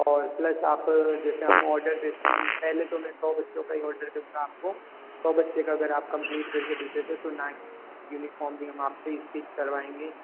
और प्लस आप जैसे हम ऑर्डर देते है पहले तो मैं सौ बच्चों का ही ऑर्डर दूँगा आप को सौ बच्चे का अगर आप कम्प्लीट करके दे देते तो नाइन्टी यूनिफाॅर्म भी हम आपसे ही स्टीच करवाएंगे